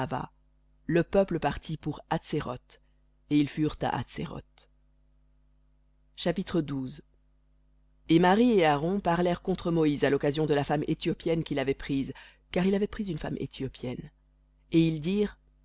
le peuple partit pour hatséroth et ils furent à hatséroth v ou chapitre et marie et aaron parlèrent contre moïse à l'occasion de la femme éthiopienne qu'il avait prise car il avait pris une femme éthiopienne et ils dirent